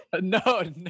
No